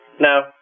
Now